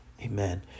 Amen